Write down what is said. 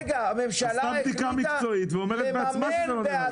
היא עשתה בדיקה מקצועית והיא אומרת בעצמה שזה לא --- רגע,